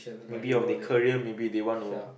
maybe of the career maybe they want to